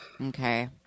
Okay